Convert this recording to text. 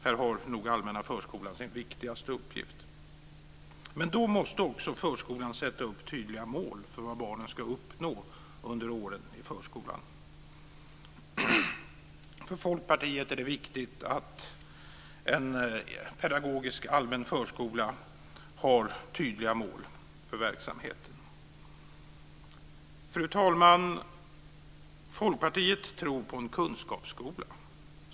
Här har nog den allmänna förskolan sin viktigaste uppgift. Men då måste också förskolan sätta upp tydliga mål för vad barnen ska uppnå under åren i förskolan. För Folkpartiet är det viktigt att en pedagogisk allmän förskola har tydliga mål för verksamheten. Fru talman! Folkpartiet tror på en kunskapsskola.